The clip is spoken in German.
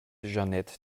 jeanette